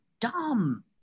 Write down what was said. dumb